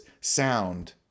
sound